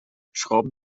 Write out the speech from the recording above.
schrauben